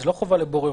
זה לא חובה לבוררות.